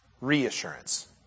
reassurance